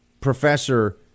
professor